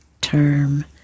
term